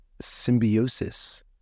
symbiosis